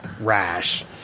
Rash